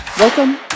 Welcome